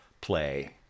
play